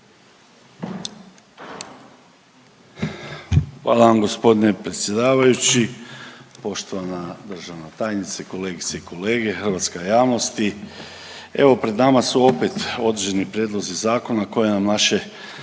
Hvala vam gospodine predsjedavajući, poštovana državna tajnice, kolegice i kolege, hrvatska javnosti. Evo pred nama su opet određeni prijedlozi zakona koje nam naše